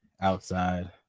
outside